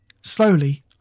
Slowly